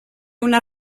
una